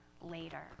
later